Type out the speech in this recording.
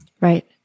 Right